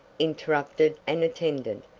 interrupted an attendant,